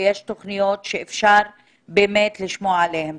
ויש תוכניות שאפשר באמת לשמוע עליהן.